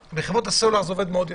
בחברות הסלולר זה עובד מאוד יפה.